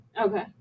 Okay